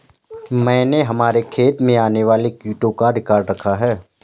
मैंने हमारे खेत में आने वाले कीटों का रिकॉर्ड रखा है